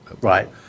Right